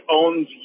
owns